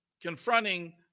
confronting